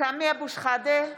סמי אבו שחאדה,